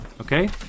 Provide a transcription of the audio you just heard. Okay